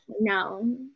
no